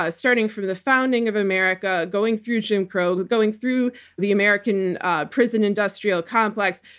ah starting from the founding of america, going through jim crow, going through the american prison-industrial complex.